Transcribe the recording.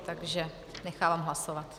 Takže nechávám hlasovat.